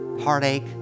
heartache